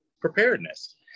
preparedness